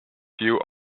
few